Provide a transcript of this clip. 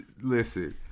Listen